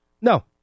no